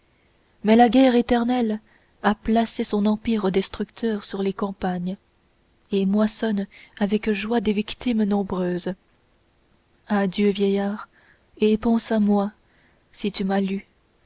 mais la guerre éternelle a placé son empire destructeur sur les campagnes et moissonne avec joie des victimes nombreuses adieu vieillard et pense à moi si tu m'as lu